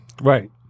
Right